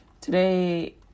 today